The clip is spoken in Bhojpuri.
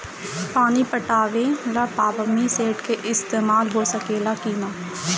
पानी पटावे ल पामपी सेट के ईसतमाल हो सकेला कि ना?